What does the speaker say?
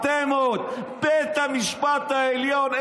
אתם עוד בית המשפט העליון.